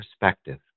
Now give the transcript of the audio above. perspective